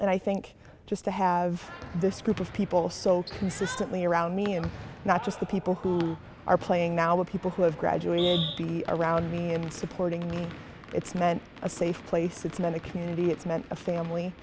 and i think just to have this group of people so consistently around me and not just the people who are playing now with people who have graduated around me and supporting me it's meant a safe place it's been a community it's meant a family